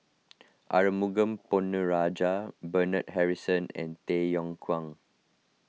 Arumugam Ponnu Rajah Bernard Harrison and Tay Yong Kwang